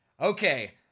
Okay